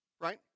Right